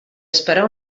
esperar